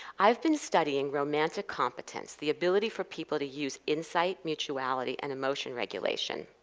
i've been studying romantic competence, the ability for people to use insight, mutuality, and emotion regulation,